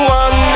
one